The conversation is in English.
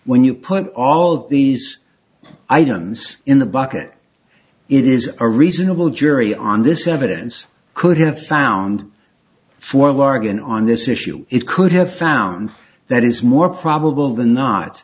when you put all of these items in the bucket it is a reasonable jury on this evidence could have found for larget on this issue it could have found that is more probable than not